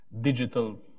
digital